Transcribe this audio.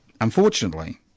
unfortunately